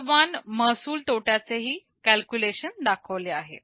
शतमान महसूल तोट्याचे ही कॅल्क्युलेशन दाखवले आहे